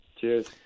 Cheers